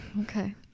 Okay